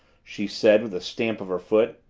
she said, with a stamp of her foot.